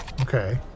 okay